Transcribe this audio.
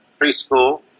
preschool